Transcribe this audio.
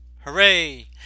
Hooray